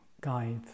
guide